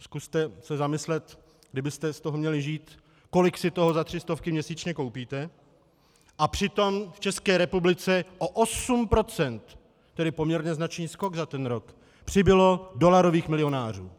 Zkuste se zamyslet, kdybyste z toho měli žít, kolik si toho za tři stovky měsíčně koupíte, a přitom v České republice o 8 %, tedy poměrně značný skok za ten rok, přibylo dolarových milionářů.